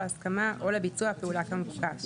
או הסכמה או לביצוע הפעולה כמבוקש.